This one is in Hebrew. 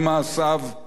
אין חוכמתו מתקיימת".